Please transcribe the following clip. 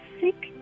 sick